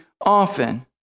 often